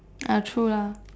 ah true lah